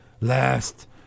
last